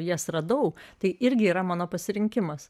jas radau tai irgi yra mano pasirinkimas